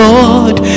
Lord